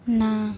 ନା